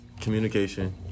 communication